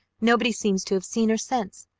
nobody seems to have seen her since.